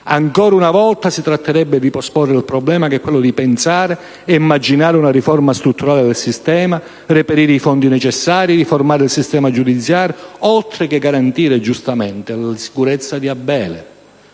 Ancora una volta si tratterebbe di posporre il problema, che è quello di pensare ed immaginare una riforma strutturale del sistema, reperire i fondi necessari, riformare il sistema giudiziario oltre che garantire, giustamente, la sicurezza di "Abele".